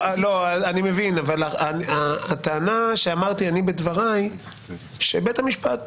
אני מבין אבל הטענה שאמרתי אני בדבריי שבית המשפט,